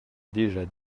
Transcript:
déjà